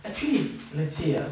actually let's say ah